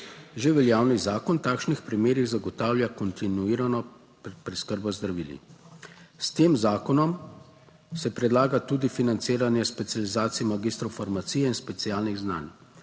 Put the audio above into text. Že veljavni zakon v takšnih primerih zagotavlja kontinuirano preskrbo z zdravili. S tem zakonom se predlaga tudi financiranje specializacij magistrov farmacije in specialnih znanj.